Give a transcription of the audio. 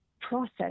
process